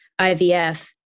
IVF